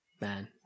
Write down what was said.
Man